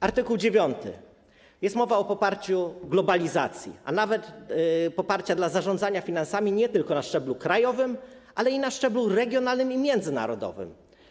Art. 9. mówi o poparciu dla globalizacji, a nawet poparciu dla zarządzania finansami nie tylko na szczeblu krajowym, lecz także na szczeblu regionalnym i międzynarodowym.